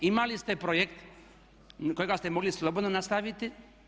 Imali ste projekt kojega ste mogli slobodno nastaviti.